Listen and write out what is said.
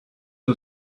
who